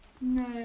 No